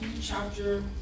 chapter